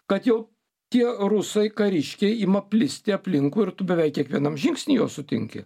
kad jau tie rusai kariškiai ima plisti aplinkui ir tu beveik kiekvienam žingsny juos sutinki